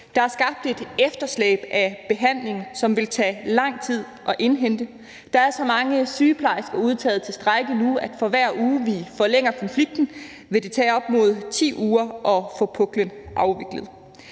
Der er skabt et efterslæb af behandling, som vil tage lang tid at indhente. Der er så mange sygeplejersker udtaget til strejke nu, at for hver uge vi forlænger konflikten, vil det tage op mod 10 uger at få puklen afviklet.